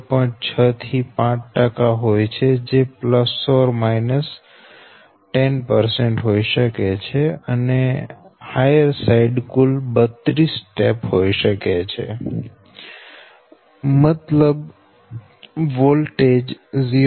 6 થી 5 હોય જેમાં ± 10 હોય શકે છે અને હાયર સાઈડ કુલ 32 ટેપ હોય શકે મતલબ વોલ્ટેજ 0